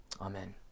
Amen